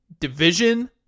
Division